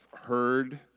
heard